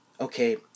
Okay